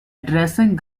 dressing